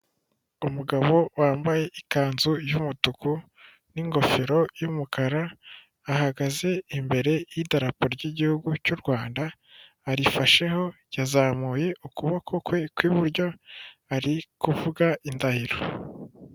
Umugabo wambaye ikanzu y'umutuku, n'ingofero y'umukara, ahagaze imbere y'idarapo ry'igihugu cy'u Rwanda, arifasheho yazamuye ukuboko kwe kw'iburyo, ari kuvuga indahiro.